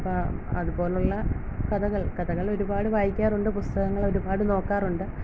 അതുപോലുള്ള കഥകൾ കഥകളൊരുപാട് വായിക്കാറുണ്ട് പുസ്തകങ്ങളൊരുപാട് നോക്കാറുണ്ട്